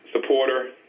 supporter